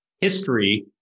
history